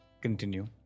Continue